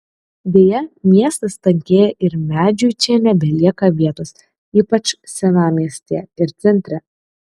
deja miestas tankėja ir medžiui čia nebelieka vietos ypač senamiestyje ir centre